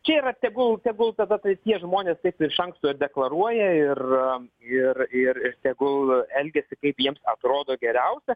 čia yra tegul tegul tada tai tie žmonės taip ir iš anksto deklaruoja ir ir ir ir tegul elgiasi kaip jiems atrodo geriausia